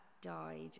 died